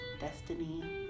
destiny